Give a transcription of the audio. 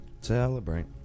Celebrate